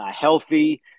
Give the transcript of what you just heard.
healthy